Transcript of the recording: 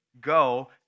Go